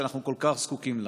שבה אנחנו כל כך זקוקים לה.